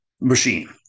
machine